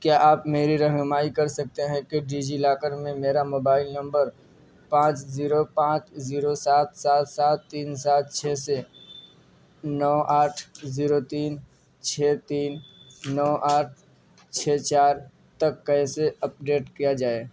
کیا آپ میری رہنمائی کر سکتے ہیں کہ ڈیجی لاکر میں میرا موبائل نمبر پانچ زیرو پانچ زیرو سات سات سات تین سات چھ سے نو آٹھ زیرو تین چھ تین نو آٹھ چھ چار تک کیسے اپ ڈیٹ کیا جائے